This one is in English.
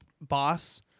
boss